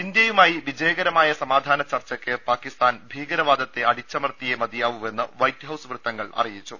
ഇന്ത്യയുമായി വിജയകരമായ സമാധാന ചർച്ചയ്ക്ക് പാക്കി സ്ഥാൻ ഭീകരവാദത്തെ അടിച്ചമർത്തിയേ മതിയാവൂവെന്ന് വൈറ്റ് ഹൌസ് വൃത്തങ്ങൾ അറിയിച്ചു